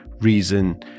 reason